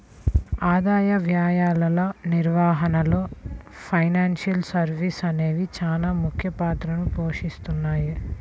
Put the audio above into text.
ఆదాయ వ్యయాల నిర్వహణలో ఫైనాన్షియల్ సర్వీసెస్ అనేవి చానా ముఖ్య పాత్ర పోషిత్తాయి